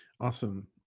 Awesome